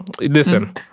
listen